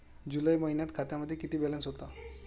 जुलै महिन्यात खात्यामध्ये किती बॅलन्स होता?